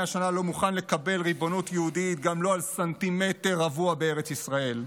שנה לא מוכן לקבל ריבונות יהודית גם לא על סנטימטר רבוע בארץ ישראל.